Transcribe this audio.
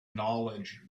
knowledge